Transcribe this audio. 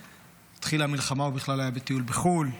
כשהתחילה המלחמה הוא בכלל היה בטיול בחו"ל.